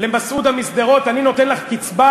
למסעודה משדרות: אני נותן לך קצבה?